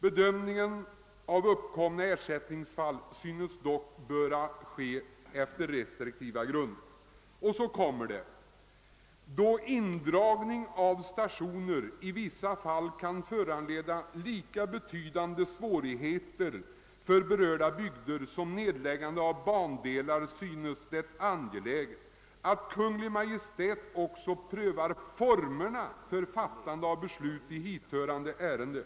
Bedömningen av uppkommande ersättningsfall synes dock böra ske efter restriktiva grunder. Då indragning av stationer i vissa fall kan föranleda lika betydande svårigheter för berörda bygder som nedläggande av bandelar synes det angeläget att Kungl. Maj:t också prövar formerna för fattande av beslut i hithörande ärenden.